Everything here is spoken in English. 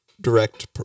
direct